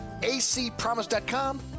acpromise.com